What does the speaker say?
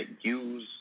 use